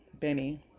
Benny